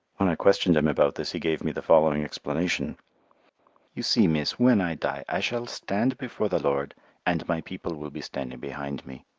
when i questioned him about this he gave me the following explanation you see, miss, when i die i shall stand before the lord and my people will be standing behind me.